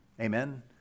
Amen